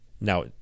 now